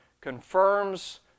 confirms